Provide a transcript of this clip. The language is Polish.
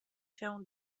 się